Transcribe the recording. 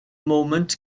moment